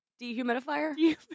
dehumidifier